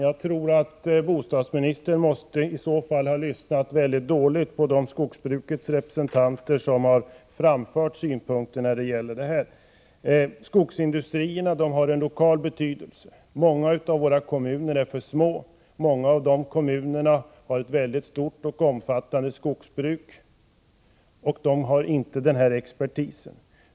Herr talman! Bostadsministern måste ha lyssnat dåligt på de synpunkter som skogsbrukets representanter har framfört. Skogsindustrierna har en lokal betydelse. Många av landets kommuner som har ett stort och omfattande skogsbruk är för små för att ha tillgång till den nödvändiga expertisen.